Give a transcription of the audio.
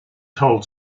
holds